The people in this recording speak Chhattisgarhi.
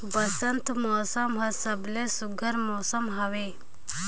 बंसत मउसम हर सबले सुग्घर मउसम हवे